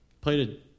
Played